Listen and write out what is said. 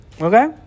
Okay